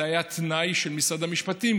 זה היה תנאי של משרד המשפטים,